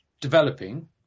developing